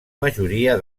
majoria